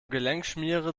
gelenkschmiere